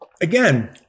Again